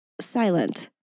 silent